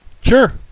Sure